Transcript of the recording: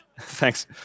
Thanks